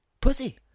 pussy